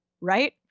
right